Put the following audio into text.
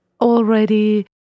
already